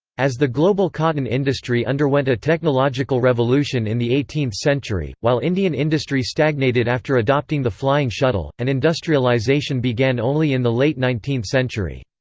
as the global cotton industry underwent a technological revolution in the eighteenth century, while indian industry stagnated after adopting the flying shuttle, and industrialisation began only in the late nineteenth century.